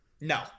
no